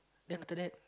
then after that